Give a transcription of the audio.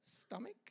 stomach